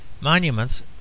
Monuments